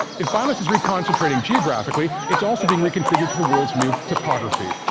if violence is re-concentrating geographically, it's also being reconfigured to the world's new topography,